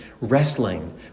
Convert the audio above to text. wrestling